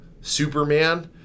Superman